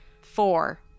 four